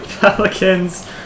Pelicans